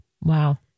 Wow